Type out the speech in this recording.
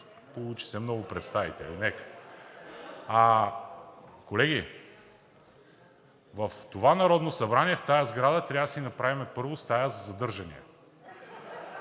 Получи се много „представители“. Нека! Колеги, в това Народно събрание, в тази сграда трябва да си направим първо стая за задържания.